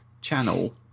channel